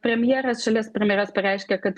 premjeras šalies premjeras pareiškė kad